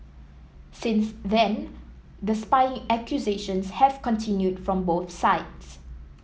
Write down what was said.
since then the spying accusations have continued from both sides